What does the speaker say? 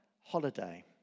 holiday